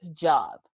job